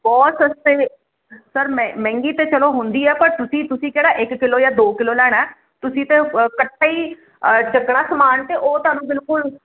ਬਹੁਤ ਸਸਤੇ ਸਰ ਮਹਿੰਗੀ ਤੇ ਚਲੋ ਹੁੰਦੀ ਆ ਪਰ ਤੁਸੀਂ ਤੁਸੀਂ ਕਿਹੜਾ ਇਕ ਕਿਲੋ ਜਾਂ ਦੋ ਕਿਲੋ ਲੈਣਾ ਤੁਸੀਂ ਤੇ ਇਕੱਠੇ ਹੀ ਚੱਕਣਾ ਸਮਾਨ ਤੇ ਉਹ ਤੁਹਾਨੂੰ ਬਿਲਕੁਲ